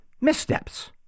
missteps